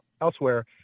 elsewhere